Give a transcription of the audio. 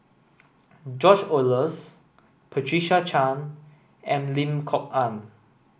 George Oehlers Patricia Chan and Lim Kok Ann